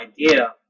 idea